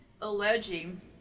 alleging